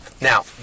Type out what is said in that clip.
Now